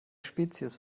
spezies